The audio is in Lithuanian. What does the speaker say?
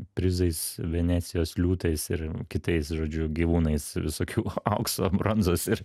prizais venecijos liūtais ir kitais žodžiu gyvūnais visokių aukso bronzos ir